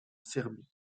serbie